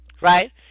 Right